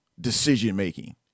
decision-making